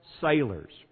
sailors